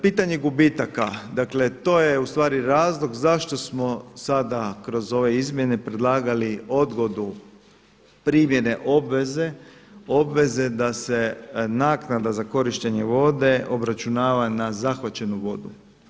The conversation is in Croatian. Pitanje gubitaka, dakle to je ustvari razlog zašto smo sada kroz ove izmjene predlagali odgodu primjene obveze, obveze da se naknada za korištenje vode obračunava na zahvaćenu vodu.